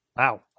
Wow